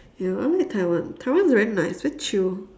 ya I like taiwan taiwan is very nice very chill